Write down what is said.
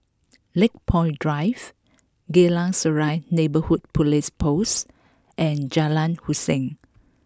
Lakepoint Drive Geylang Serai Neighbourhood Police Post and Jalan Hussein